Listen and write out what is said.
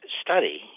study